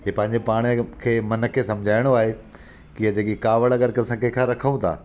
इहो पंहिंजे पाण खे मन खे सम्झाइणो आहे की इहे जेकी कावड़ अगरि असां कंहिंखां रखूं था